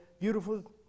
beautiful